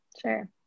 Sure